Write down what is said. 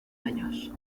años